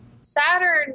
Saturn